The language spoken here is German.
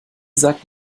sagt